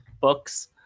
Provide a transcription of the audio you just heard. books